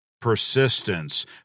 Persistence